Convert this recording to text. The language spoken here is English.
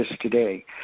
today